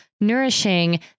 nourishing